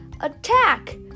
attack